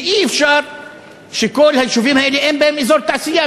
כי אי-אפשר שבכל היישובים האלה אין אזור תעשייה,